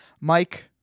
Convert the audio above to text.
Mike